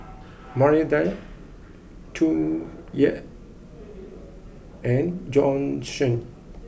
Maria Dyer Tsung Yeh and Bjorn Shen